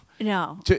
No